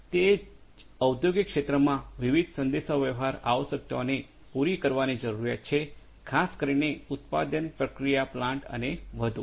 તે જ ઔદ્યોગિક ક્ષેત્રમાં વિવિધ સંદેશાવ્યવહાર આવશ્યકતાઓને પૂરી કરવાની જરૂરિયાત છે ખાસ કરીને ઉત્પાદન પ્રક્રિયા પ્લાન્ટ અને વધુ